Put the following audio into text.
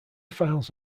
files